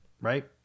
right